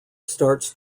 starts